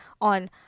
on